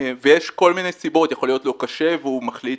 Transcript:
ויש כל מיני סיבות יכול להיות לו קשה והוא מחליט